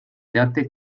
teateid